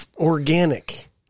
organic